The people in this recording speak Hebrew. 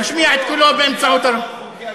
להשמיע את קולו באמצעות הרמקול.